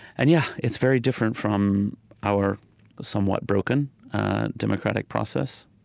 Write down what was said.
and yeah, it's very different from our somewhat broken democratic process